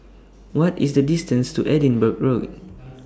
What IS The distance to Edinburgh Road